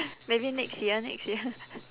maybe next year next year